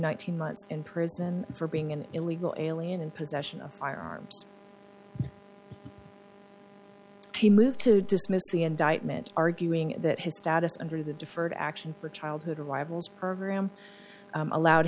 nineteen months in prison for being an illegal alien and possession of firearms to move to dismiss the indictment arguing that his status under the deferred action for childhood arrivals program allowed